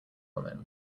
woman